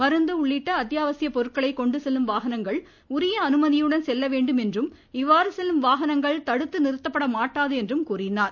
மருந்து உள்ளிட்ட அத்யாவசிய பொருட்களை கொண்டு செல்லும் வாகனங்கள் உரிய அனுமதியுடன் செல்ல வேண்டும் என்றும் இவ்வாறு செல்லும் வாகனங்கள் தடுத்து நிறுத்தப்பட மாட்டாது என்றும் கூறினார்